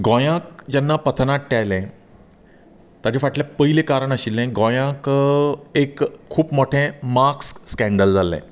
गोंयाक जेन्ना पथ नाट्य आयलें ताचे फाटलें पयलें कारण आशिल्लें गोंयाक एक खूब मोटें मार्क्स स्कँडल जाल्लें